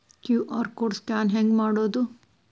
QR code scan ಹೆಂಗ್ ಮಾಡೋದು?